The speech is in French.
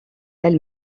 elle